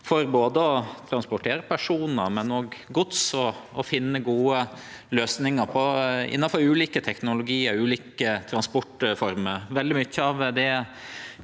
for å transportere personar, men òg gods, og å finne gode løysingar innanfor ulike teknologiar, ulike transportformer.